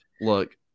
look